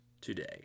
today